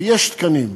ויש תקנים,